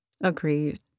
Agreed